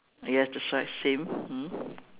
ya that's right same mm